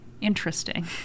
interesting